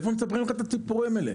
מאיפה מספרים לך את הסיפורים האלה?